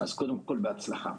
קודם כול, בהצלחה.